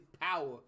power